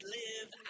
live